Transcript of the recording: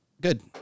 Good